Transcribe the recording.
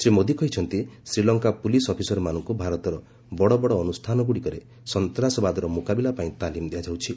ଶ୍ରୀ ମୋଦୀ କହିଛନ୍ତି ଶ୍ରୀଲଙ୍କା ପୁଲିସ୍ ଅଫିସରମାନଙ୍କୁ ଭାରତର ବଡ଼ ବଡ଼ ଅନୁଷ୍ଠାନଗୁଡ଼ିକରେ ସନ୍ତାସବାଦର ମୁକାବିଲା ପାଇଁ ତାଲିମ୍ ଦିଆଯାଉଛି